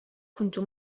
كنت